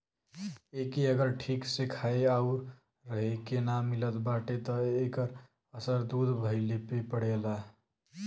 एके अगर ठीक से खाए आउर रहे के ना मिलत बाटे त एकर असर दूध भइले पे पड़ेला